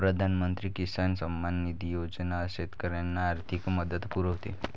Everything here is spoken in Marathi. प्रधानमंत्री किसान सन्मान निधी योजना शेतकऱ्यांना आर्थिक मदत पुरवते